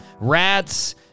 Rats